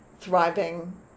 thriving